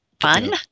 fun